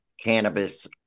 cannabis